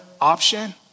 option